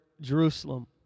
Jerusalem